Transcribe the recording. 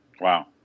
Wow